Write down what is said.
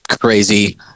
crazy